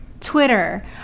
Twitter